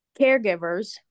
caregivers